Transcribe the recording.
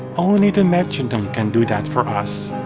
only the metronome can do that for us.